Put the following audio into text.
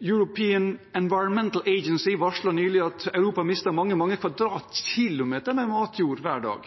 European Environment Agency varslet nylig at Europa mister mange, mange kvadratkilometer med matjord hver dag.